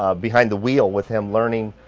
ah behind the wheel with him learning